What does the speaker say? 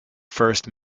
first